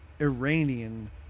iranian